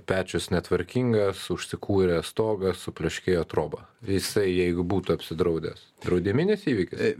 pečius netvarkingas užsikūręs stogas supleškėjo troba jisai jeigu būtų apsidraudęs draudiminis įvykis